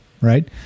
right